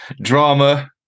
drama